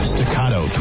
Staccato